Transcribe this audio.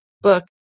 book